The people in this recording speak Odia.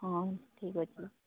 ହଁ ଠିକ୍ ଅଛି